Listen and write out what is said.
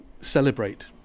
celebrate